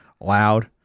loud